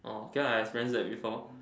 orh okay lah I experience that before